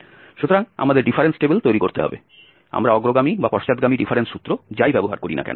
সুতরাং আমাদের difference table তৈরি করতে হবে আমরা অগ্রগামী বা পশ্চাৎগামী ডিফারেন্স সূত্র যাই ব্যবহার করি না কেন